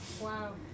wow